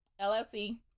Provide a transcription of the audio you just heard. LLC